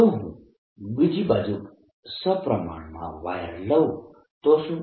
જો હું બીજી બાજુ સપ્રમાણમાં વાયર લઉં તો શું